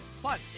Plus